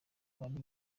bari